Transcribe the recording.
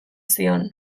zion